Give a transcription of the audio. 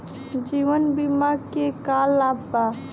जीवन बीमा के का लाभ बा?